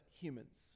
humans